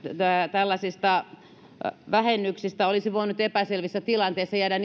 tällaisista vähennyksistä olisi voinut epäselvissä tilanteissa jäädä